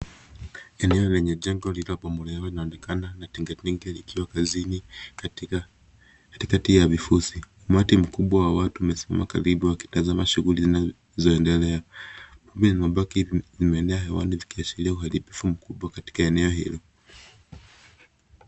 Eneo lenye jengo lililo bomolewa linaonekana na tinga tinga likiwa kazini katikati ya vifusi umati mkubwa wa watu umesimama karibu wakitazama shughuli zinanoendelea vumbi na mabaki zimenea zikiashiria uharibifu mkubwa katika eneo hilo.